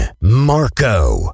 Marco